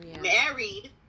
married